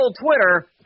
Twitter